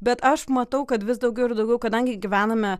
bet aš matau kad vis daugiau ir daugiau kadangi gyvename